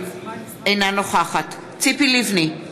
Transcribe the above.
אינה נוכחת ציפי לבני,